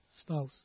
spouse